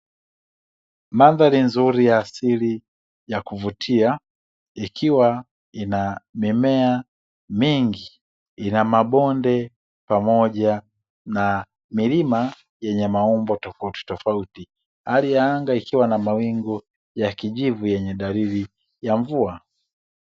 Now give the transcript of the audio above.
Mandhari nzuri ya asili ya kuvutia ikiwa ina mimea mengi ina mabonde pamoja na milima yenye maumbo tofauti tofauti. Hali ya anga ikiwa na mawingu ya kijivu yenye dalili ya mvua.